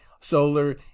solar